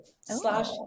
slash